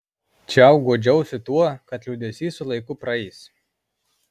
čiau guodžiausi tuo kad liūdesys su laiku praeis